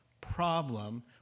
problem